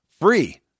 free